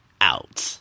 out